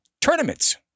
Tournaments